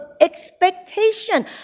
expectation